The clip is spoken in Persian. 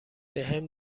بهم